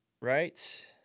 Right